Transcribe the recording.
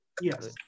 Yes